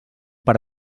per